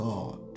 God